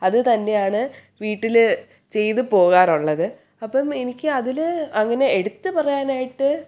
അതു തന്നെയാണ് വീട്ടിൽ ചെയ്തു പോകാറുള്ളത് അപ്പം എനിക്ക് അതിൽ അങ്ങനെ എടുത്തു പറയാനായിട്ട്